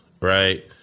right